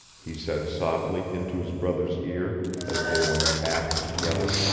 he said softly, into his brother's ear, as they went aft together.